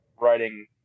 writing